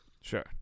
Sure